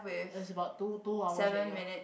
is about two two hours already lor